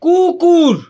কুকুর